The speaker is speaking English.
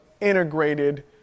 integrated